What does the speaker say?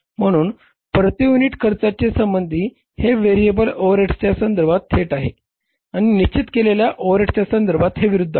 म्हणून प्रती युनिट खर्चाच्या संबंधी हे व्हेरिएबल ओव्हरहेडच्या संदर्भात थेट आहे आणि निश्चित केलेल्या ओव्हरहेडच्या संदर्भात हे विरुध्द आहे